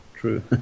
true